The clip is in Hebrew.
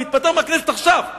אני מתפטר מהכנסת עכשיו,